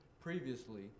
previously